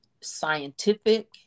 scientific